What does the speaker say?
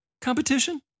competition